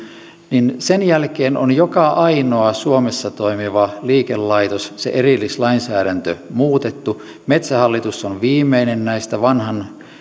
niin sen jälkeen on joka ainoa suomessa toimiva liikelaitos sen erillislainsäädäntö muutettu metsähallitus on viimeinen näistä vanhan